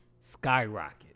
Skyrocket